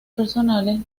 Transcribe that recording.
personales